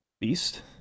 Beast